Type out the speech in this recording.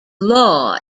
law